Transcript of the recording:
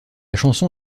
chanson